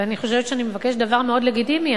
אני חושבת שאני מבקשת דבר מאוד לגיטימי,